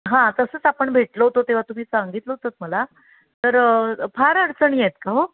हां तसंच आपण भेटलो होतो तेव्हा तुम्ही सांगितलं होतंत मला तर फार अडचणी आहेत का हो